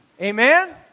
Amen